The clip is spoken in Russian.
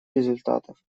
результатов